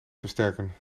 versterken